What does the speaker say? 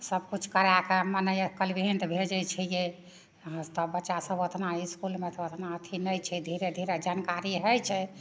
सब किछु कराके मने कोन्भेन्ट भेजै छियै हमरा सब बच्चा सब ओतना इसकुलमे ओतना अथी नहि छै धीरे धीरे जनकारी होइ छै